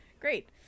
great